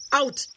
out